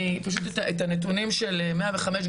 את הנתונים של 105,